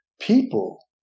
people